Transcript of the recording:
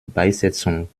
beisetzung